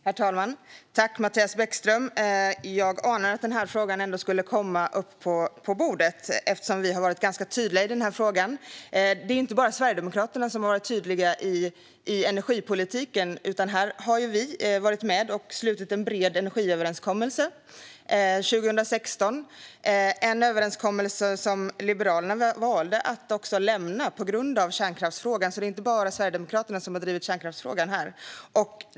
Herr talman! Tack, Mattias Bäckström Johansson! Jag anade att frågan skulle komma upp på bordet eftersom vi har varit tydliga här. Det är inte bara Sverigedemokraterna som har varit tydliga vad gäller energipolitiken. Kristdemokraterna var 2016 med och slöt en bred energiöverenskommelse. Denna överenskommelse valde Liberalerna att lämna på grund av kärnkraftsfrågan. Det är alltså inte bara Sverigedemokraterna som har drivit kärnkraftsfrågan.